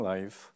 Life